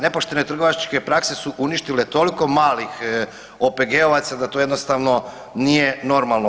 Nepoštene trgovačke prakse su uništile toliko malih OPG-ovaca da to jednostavno nije normalno.